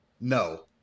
No